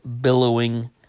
billowing